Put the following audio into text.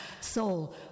soul